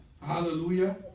Hallelujah